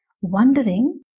wondering